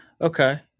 Okay